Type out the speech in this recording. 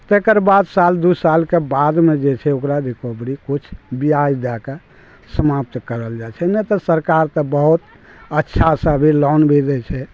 तेकर बाद साल दू सालके बादमे जे छै ओकरा रिकवरी किछु ब्याज दऽ कऽ समाप्त कयल जाइ छै नहि तऽ सरकार तऽ बहुत अच्छा सऽ अभी लोन भी दै छै